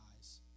eyes